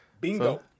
Bingo